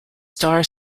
star